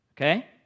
Okay